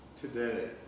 Today